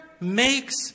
makes